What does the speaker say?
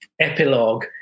epilogue